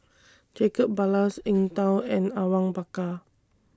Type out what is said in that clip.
Jacob Ballas Eng Tow and Awang Bakar